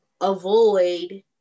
avoid